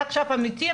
זה עכשיו אמיתי,